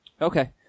Okay